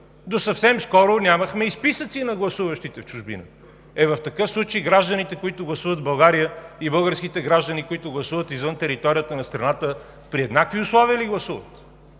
до съвсем скоро нямахме и списъци на гласуващите в чужбина. В такъв случай гражданите, които гласуват в България, и българските граждани, които гласуват извън територията на страната, при еднакви условя ли гласуват?